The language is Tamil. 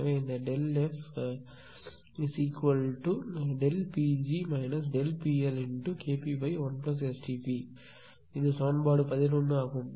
எனவே இந்த Δf ΔfPg ΔPLKp1STp இது சமன்பாடு 11 ஆகும்